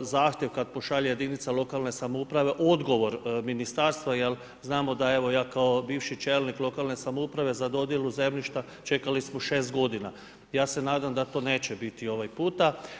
zahtjev kad pošalje jedinica lokalne samouprave odgovor ministarstva, jer znamo da evo ja kao bivši čelnik lokalne samouprave za dodjelu zemljišta čekali smo 6 g. Ja se nadam da to neće biti ovog puta.